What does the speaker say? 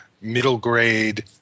middle-grade